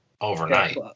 overnight